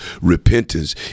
repentance